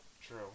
true